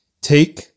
Take